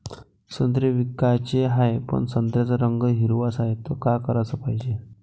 संत्रे विकाचे हाये, पन संत्र्याचा रंग हिरवाच हाये, त का कराच पायजे?